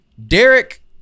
Derek